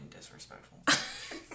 disrespectful